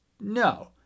no